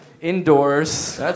indoors